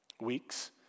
Weeks